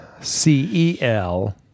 C-E-L